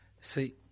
See